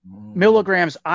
milligrams